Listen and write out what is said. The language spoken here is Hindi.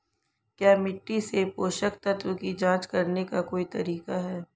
क्या मिट्टी से पोषक तत्व की जांच करने का कोई तरीका है?